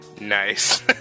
Nice